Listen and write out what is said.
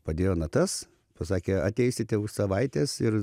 padėjo natas pasakė ateisite už savaitės ir